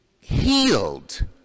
healed